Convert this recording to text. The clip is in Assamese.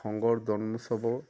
শংকৰ জন্মোৎসৱৰ